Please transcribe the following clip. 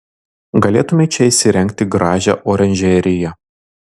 galėtumei čia įsirengti gražią oranžeriją